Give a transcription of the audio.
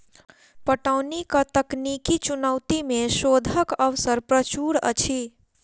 पटौनीक तकनीकी चुनौती मे शोधक अवसर प्रचुर अछि